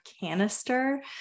canister